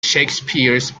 shakespeare’s